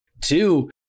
two